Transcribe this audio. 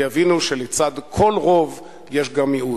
ויבינו שלצד כל רוב יש גם מיעוט.